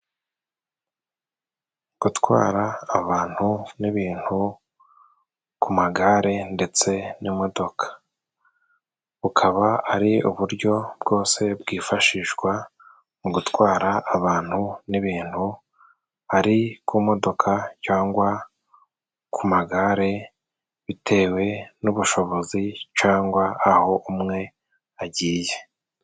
Gutwara abantu n'ibintu ku magare ndetse n'imodoka, bukaba ari uburyo bwose bwifashishwa mu gutwara abantu n'ibintu ari ku modoka cangwa ku magare, bitewe n'ubushobozi cangwa aho umwe agiye.